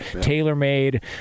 tailor-made